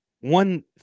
one